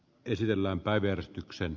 esitelläänpäederistykseen